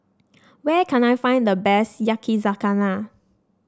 where can I find the best Yakizakana